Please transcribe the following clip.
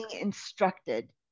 instructed